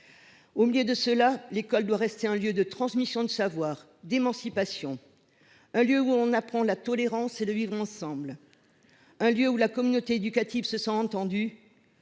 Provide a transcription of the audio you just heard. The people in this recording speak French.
de l’État social. L’école doit rester un lieu de transmission de savoirs et d’émancipation, un lieu où l’on apprend la tolérance et le vivre ensemble, un lieu où la communauté éducative se sent entendue.